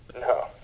No